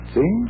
See